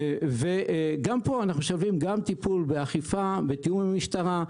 גם פה אנחנו משלבים גם טיפול באכיפה בתיאום משטרה,